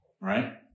Right